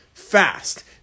Fast